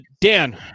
Dan